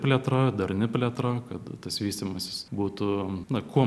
plėtra darni plėtra kad tas vystymasis būtų kuo